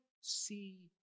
see